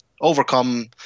overcome